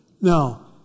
Now